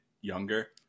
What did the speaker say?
younger